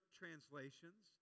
translations